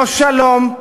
לא שלום,